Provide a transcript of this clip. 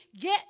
get